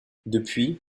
depuis